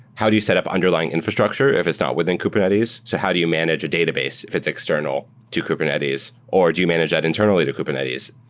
how do you set up underlying infrastructure if it's not within kubernetes? how do you manage a database if it's external to kubernetes, or do you manage that internally to kubernetes?